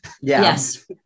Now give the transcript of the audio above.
yes